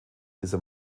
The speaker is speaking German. dieser